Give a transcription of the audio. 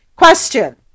question